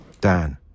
Dan